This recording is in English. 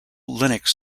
linux